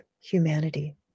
humanity